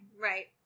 Right